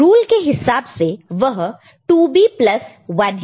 rule के हिसाब से वह 2b प्लस 1 है